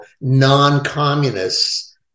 non-communists